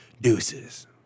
Deuces